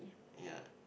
ya